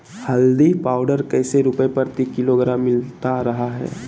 हल्दी पाउडर कैसे रुपए प्रति किलोग्राम मिलता रहा है?